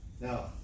now